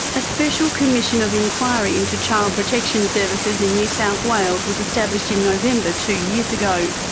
a special commission of inquiry into child protection services in new south wales was established in november two years ago.